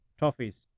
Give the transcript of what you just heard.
Toffees